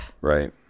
Right